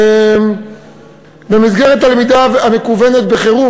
במסגרת הלמידה המקוונת בחירום,